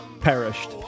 Perished